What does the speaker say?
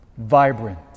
Vibrant